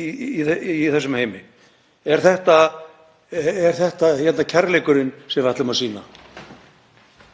í þessum heimi? Er þetta kærleikurinn sem við ætlum að sýna?